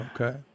okay